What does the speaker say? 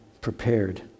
prepared